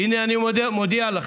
והינה, אני מודיע לכם,